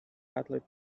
cutlet